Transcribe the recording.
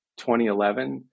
2011